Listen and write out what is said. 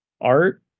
Art